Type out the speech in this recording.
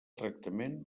tractament